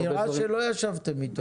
נראה שלא ישבתם איתו.